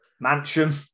mansion